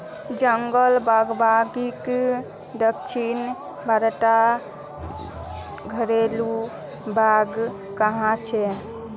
जंगल बागवानीक दक्षिण भारतत घरेलु बाग़ कह छे